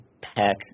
pack